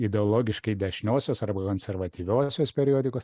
ideologiškai dešiniosios arba konservatyviosios periodikos